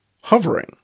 hovering